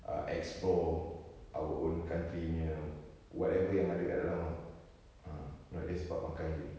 uh explore our own country punya whatever yang ada kat dalam ah not just bab makan jer